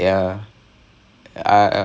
ya தெரியிலே பார்க்கணும்:theriyilae paarkkanum